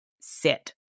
sit